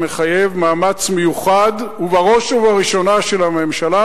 זה מחייב מאמץ מיוחד, בראש ובראשונה של הממשלה,